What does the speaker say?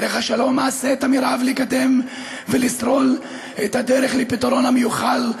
בדרך השלום אעשה את המרב לקדם ולסלול את הדרך לפתרון המיוחל,